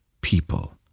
people